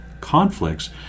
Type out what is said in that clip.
conflicts